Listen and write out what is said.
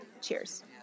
Cheers